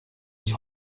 ich